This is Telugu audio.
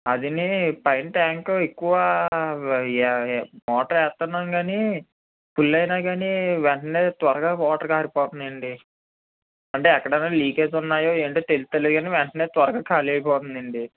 అది పైన ట్యాంకు ఎక్కువ మోటార్ వేస్తున్నాం కానీ ఫుల్ అయిన కానీ వెంటనే త్వరగా వాటర్ కారిపోతున్నాయి అండి అంటే అక్కడక్కడ లీకేజ్ ఉన్నాయో ఏంటో తెలుస్తలేదు కానీ వెంటనే త్వరగా ఖాళీ అయిపోతుంది అండి